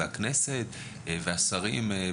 הכנסת והשרים.